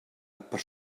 per